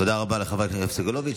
תודה רבה לחבר הכנסת סגלוביץ'.